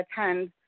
attend